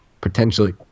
potentially